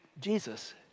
Jesus